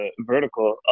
vertical